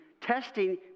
testing